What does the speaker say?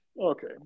Okay